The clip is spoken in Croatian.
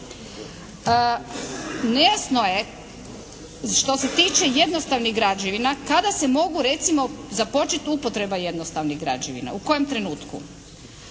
Nejasno je što se tiče jednostavnih građevina kada se mogu recimo započeti upotreba jednostavnih građevina, u kojem trenutku.